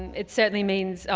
it certainly means, oh,